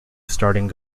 starting